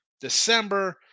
December